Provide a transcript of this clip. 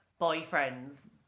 boyfriends